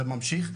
זה ממשיך.